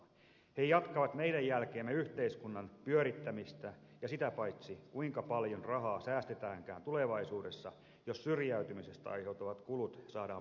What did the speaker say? he jatkavat meidän jälkeemme yhteiskunnan pyörittämistä ja sitä paitsi kuinka paljon rahaa säästetäänkään tulevaisuudessa jos syrjäytymisestä aiheutuvat kulut saadaan pienenemään